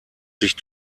sich